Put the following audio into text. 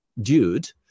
dude